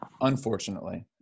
Unfortunately